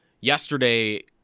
yesterday